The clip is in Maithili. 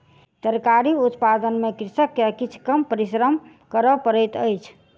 तरकारी उत्पादन में कृषक के किछ कम परिश्रम कर पड़ैत अछि